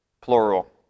plural